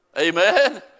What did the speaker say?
Amen